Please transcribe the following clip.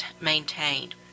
maintained